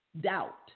Doubt